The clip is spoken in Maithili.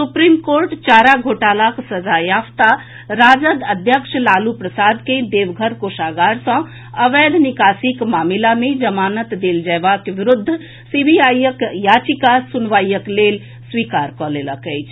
सुप्रीम कोर्ट चारा घोटालाक सजायाफ्ता राजद अध्यक्ष लालू प्रसाद के देवघर कोषागार सँ अवैध निकासी के मामिला मे जमानत देल जेबा के विरूद्ध सीबीआई के याचिका सुनवाईक लेल स्वीकार कऽ लेलक अछि